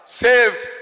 saved